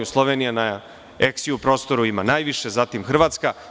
Slovenija na eks-Ju prostoru ima najviše, zatim Hrvatska.